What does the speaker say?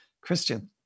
Christian